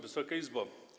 Wysoka Izbo!